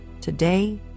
today